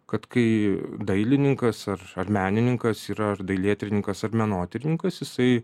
kad kai dailininkas ar ar menininkas yra ar dailėtyrininkas ar menotininkas jisai